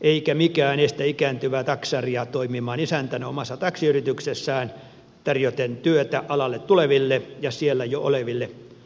eikä mikään estä ikääntyvää taksaria toimimaan isäntänä omassa taksiyrityksessään tarjoten työtä alalle tuleville ja siellä jo oleville taksinkuljettajille